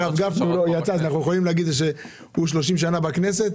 הרב גפני יצא אבל אנחנו יכולים להגיד שהוא 30 שנים בכנסת